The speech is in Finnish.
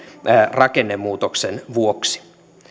rakennemuutoksen vuoksi